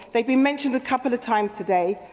they've been mentioned a couple of times today,